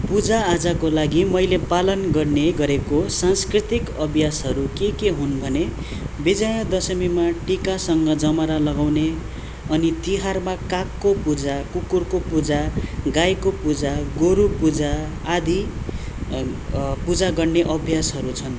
पूजाआजाको लागि मैले पालन गर्ने गरेको सांस्कृतिक अभ्यासहरू के के हुन् भने विजया दशमीमा टिकासँग जमरा लगाउने अनि तिहारमा कागको पूजा कुकुरको पूजा गाईको पूजा गोरु पूजा आदि पूजा गर्ने अभ्यासहरू छन्